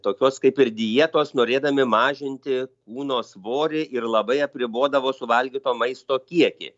tokios kaip ir dietos norėdami mažinti kūno svorį ir labai apribodavo suvalgyto maisto kiekį